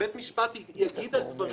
שבית משפט יגיד על דברים